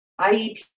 IEP